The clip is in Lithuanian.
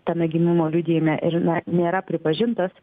tame gimimo liudijime ir na nėra pripažintas